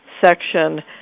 section